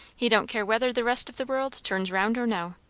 he don't care whether the rest of the world turns round or no.